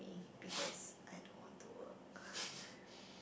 me because I don't want to work